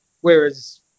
whereas